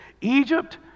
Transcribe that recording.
Egypt